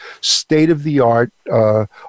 state-of-the-art